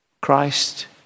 Christ